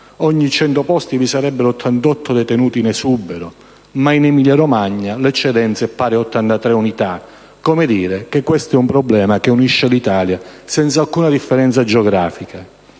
ogni 100 posti vi sarebbero 88 detenuti in esubero. Ma in Emilia-Romagna l'eccedenza è pari a 83 unità. Come dire che questo è un problema che unisce l'Italia senza alcuna differenza geografica.